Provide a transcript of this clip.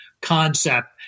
concept